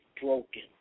broken